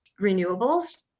renewables